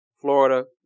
Florida